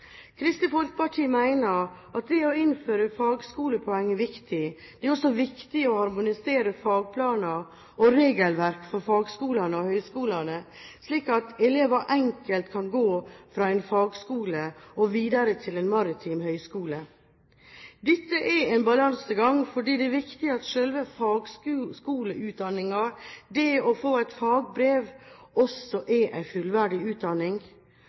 Kristelig Folkeparti mener at det å innføre fagskolepoeng er viktig. Det er også viktig å harmonisere fagplaner og regelverk for fagskolene og høyskolene, slik at elever enkelt kan gå fra en fagskole og videre til en maritim høyskole. Dette er en balansegang, for det er viktig at selve fagskoleutdanningen – det å få et fagbrev – også er en fullverdig utdanning.